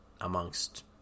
amongst